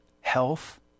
health